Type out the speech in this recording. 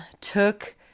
took